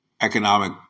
economic